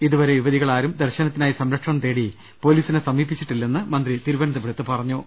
ഇതുവർെ യുവതികളാരും ദർശനത്തിനായി സംര ക്ഷണം തേടി പൊലീസിനെ സമീപിച്ചിട്ടില്ലെന്നും മന്ത്രി തിരുവനന്തപുരത്ത് പറഞ്ഞു